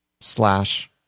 slash